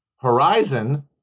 horizon